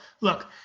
look